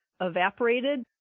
evaporated